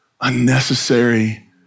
unnecessary